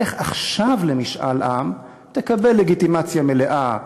לך עכשיו למשאל עם, תקבל לגיטימציה מלאה,